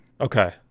Okay